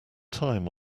time